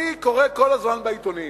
אני קורא כל הזמן בעיתונים